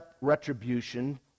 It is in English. retribution